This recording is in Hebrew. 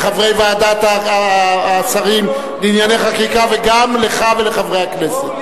לחברי ועדת השרים לענייני חקיקה וגם לך ולחברי הכנסת: